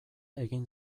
egin